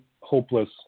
hopeless